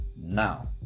Now